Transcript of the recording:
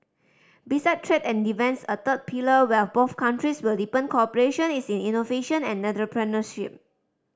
besides trade and defence a third pillar where both countries will deepen cooperation is in innovation and entrepreneurship